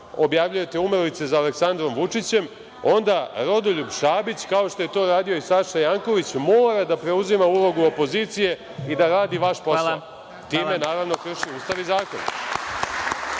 objavljujete umrlice za Aleksandrom Vučićem, onda Rodoljub Šabić, kao što je to radio i Saša Janković, mora da preuzima ulogu opozicije i da radi vaš posao. Time, naravno, krši Ustav i zakon.